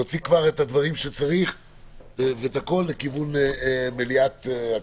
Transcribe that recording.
להוציא את הדברים שצריך לכיוון מליאת הכנסת.